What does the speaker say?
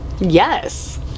Yes